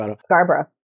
Scarborough